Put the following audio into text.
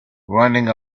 running